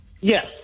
Yes